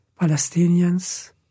Palestinians